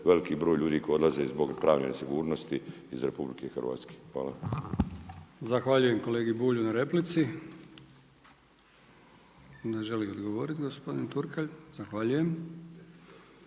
veliki broj ljudi koji odlaze zbog pravne nesigurnosti iz RH. Hvala. **Brkić, Milijan (HDZ)** Zahvaljujem kolegi Bulju na replici. Ne želi odgovoriti gospodin Turkalj. Zahvaljujem.